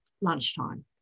lunchtime